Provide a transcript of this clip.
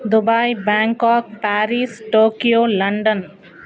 Dubai Bangkok Paris Tokyo London